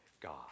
God